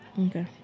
Okay